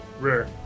Rare